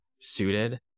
suited